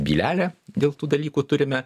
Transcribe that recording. bylelę dėl tų dalykų turime